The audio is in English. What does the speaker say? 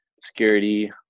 security